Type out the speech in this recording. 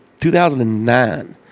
2009